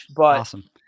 Awesome